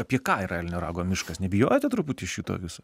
apie ką yra elnio rago miškas nebijojote truputį šito viso